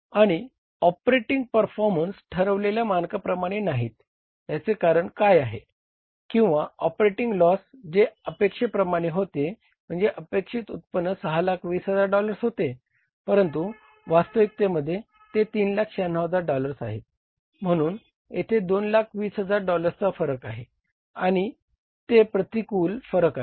आणि operating performance ठरवलेल्या मानकाप्रमाणे नाहीत याचे काय कारण आहे किंवा ऑपरेटिंग लॉस जे अपेक्षे प्रमाणे होते म्हणजे अपेक्षित उत्पन्न 620000 डॉलर्स होते परंतु वास्तविकतेमध्ये ते 396000 डॉलर्स आहेत म्हणून येथे 220000 डॉलर्सचा फरक आहे आणि ते प्रतिकूल फरक आहेत